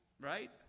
right